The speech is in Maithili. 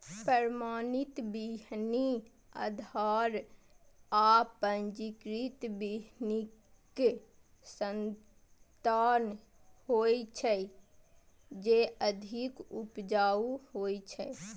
प्रमाणित बीहनि आधार आ पंजीकृत बीहनिक संतान होइ छै, जे अधिक उपजाऊ होइ छै